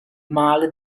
male